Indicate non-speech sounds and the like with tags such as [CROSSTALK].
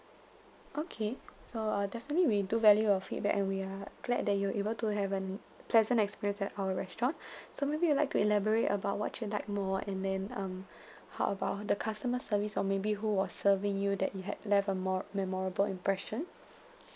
okay so I'll definitely we do value your feedback and we are glad that you're able to have an pleasant experience at our restaurant [BREATH] so maybe you like to elaborate about what you like more and then um how about the customer service or maybe who was serving you that you had left a more memorable impression